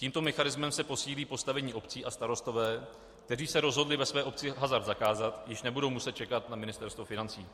Tímto mechanismem se posílí postavení obcí a starostové, kteří se rozhodli ve svých obcích hazard zakázat, již nebudou muset čekat na Ministerstvo financí.